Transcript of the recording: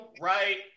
right